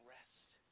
rest